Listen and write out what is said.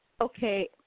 Okay